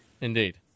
indeed